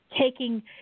taking